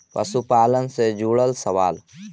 पशुपालन से जुड़ल सवाल?